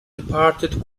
departed